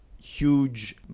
huge